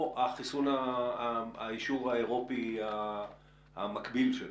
או האישור האירופאי המקביל שלו?